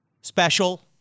special